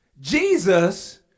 Jesus